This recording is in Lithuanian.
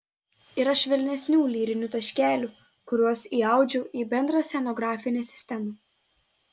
yra švelnesnių lyrinių taškelių kuriuos įaudžiu į bendrą scenografinę sistemą